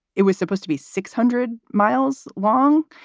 it was supposed to be six hundred miles long.